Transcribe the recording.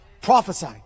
Prophesy